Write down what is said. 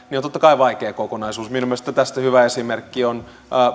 on totta kai vaikea kokonaisuus minun mielestäni tästä hyvä esimerkki on